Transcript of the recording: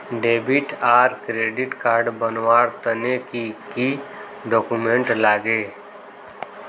Debit आर credit card बनवार तने की की डॉक्यूमेंट लागे?